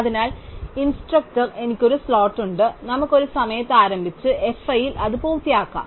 അതിനാൽ ഇൻസ്ട്രക്ടർ എനിക്ക് ഒരു സ്ലോട്ട് ഉണ്ട് നമുക്ക് ഒരു സമയത്ത് ആരംഭിച്ച് f i ൽ അത് പൂർത്തിയാക്കാം